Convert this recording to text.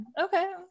okay